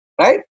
Right